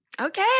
Okay